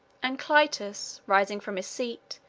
and clitus, rising from his seat,